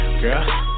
girl